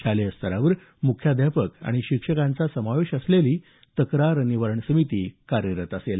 शाळा स्तरावर मुख्याध्यापक आणि शिक्षकांचा समावेश असलेली तक्रार निवारण समिती असेल